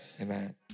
Amen